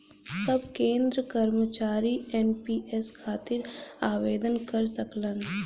सब केंद्र कर्मचारी एन.पी.एस खातिर आवेदन कर सकलन